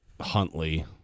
Huntley